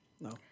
No